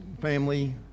family